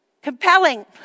Compelling